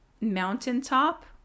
mountaintop